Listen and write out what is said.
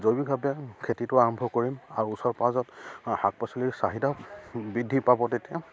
জৈৱিকভাৱে খেতিটো আৰম্ভ কৰিম আৰু ওচৰ পাঁজৰত শাক পাচলিৰ চাহিদা বৃদ্ধি পাব তেতিয়া